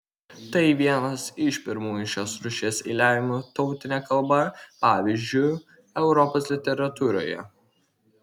tai vienas iš pirmųjų šios rūšies eiliavimo tautine kalba pavyzdžių europos literatūroje